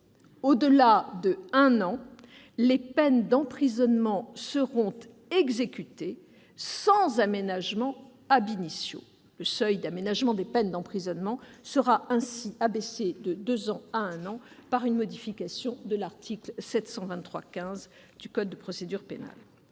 au-delà d'un an, les peines d'emprisonnement seront exécutées sans aménagement. Le seuil d'aménagement des peines d'emprisonnement sera ainsi abaissé de deux ans à un an par une modification de l'article 723-15 du code de procédure pénale.